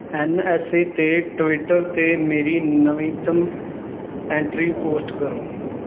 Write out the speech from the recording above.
N S A 'ਤੇ Twitter 'ਤੇ ਮੇਰੀ ਨਵੀਨਤਮ ਐਂਟਰੀ ਪੋਸਟ ਕਰੋ